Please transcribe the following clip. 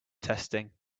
testing